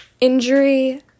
injury-